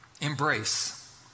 embrace